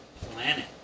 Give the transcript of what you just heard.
planet